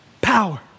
power